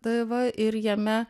tai va ir jame